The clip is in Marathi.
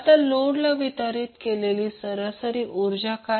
आता लोडला वितरीत केलेली सरासरी ऊर्जा काय